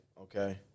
Okay